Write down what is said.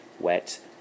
wet